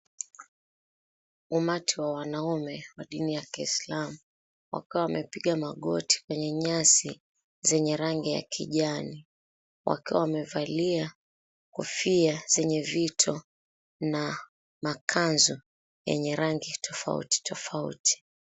Umati wa wanaume wa dini ya ya kiislamu, wakiwa wamepiga magoti kwenye nyasi zenye rangi ya kijani. Wakiwa wamevalia kofia zenye vito na makanzu yenye rangi tofauti tofauti.